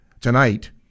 tonight